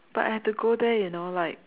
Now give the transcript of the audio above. but I have to go there you know like